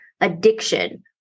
addiction